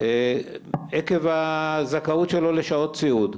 עקב הזכאות שלו לשעות סיעוד.